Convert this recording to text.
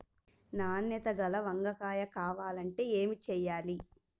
నాణ్యత గల వంగ కాయ కావాలంటే ఏమి చెయ్యాలి?